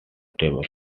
twelve